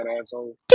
asshole